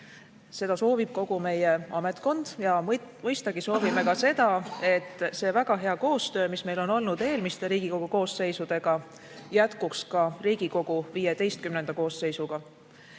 Seda soovib kogu meie ametkond. Mõistagi soovime ka seda, et see väga hea koostöö, mis meil on olnud eelmiste Riigikogu koosseisudega, jätkuks ka Riigikogu XV koosseisuga.